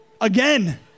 again